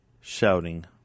Shouting